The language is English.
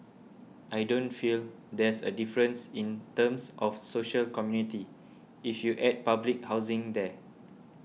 I don't feel there's a difference in terms of social community if you add public housing there